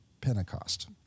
Pentecost